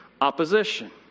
opposition